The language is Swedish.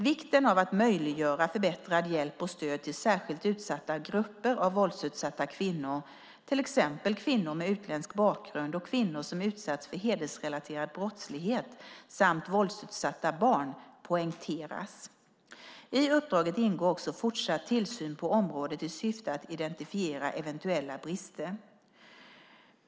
Vikten av att möjliggöra förbättrad hjälp och stöd till särskilt utsatta grupper av våldsutsatta kvinnor, till exempel kvinnor med utländsk bakgrund och kvinnor som utsatts för hedersrelaterad brottslighet samt våldsutsatta barn, poängteras. I uppdraget ingår också fortsatt tillsyn på området i syfte att identifiera eventuella brister.